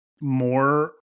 more